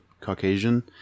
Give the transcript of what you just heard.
caucasian